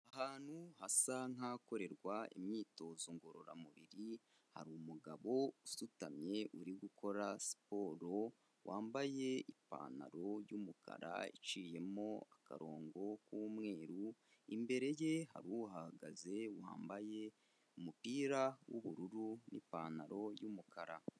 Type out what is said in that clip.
ahantu hasa nk'ahakorerwa imyitozo ngororamubiri, hari umugabo usutamye uri gukora siporo, wambaye ipantaro y'umukara iciyemo akarongo k'umweru, imbere ye naho hahagaze wambaye umupira w'ubururu n'ipantaro y'umukara.